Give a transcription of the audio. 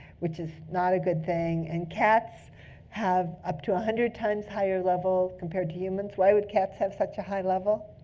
which is not a good thing. and cats have up to one hundred times higher level compared to humans. why would cats have such a high level?